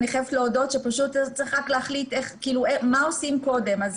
אני חייבת להודות שצריך רק להחליט מה עושים קודם.